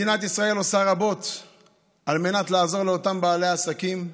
מדינת ישראל עושה רבות על מנת לעזור לאותם בעלי עסקים.